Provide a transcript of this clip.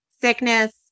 sickness